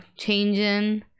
changing